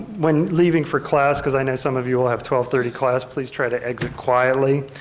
when leaving for class cause i know some of you will have twelve thirty class, please try to exit quietly.